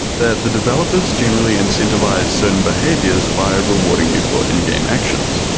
that the developers generally incentivize certain behaviors by rewarding you for in-game actions,